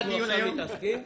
מהנדס תשתיות,